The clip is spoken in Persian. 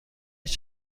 هیچ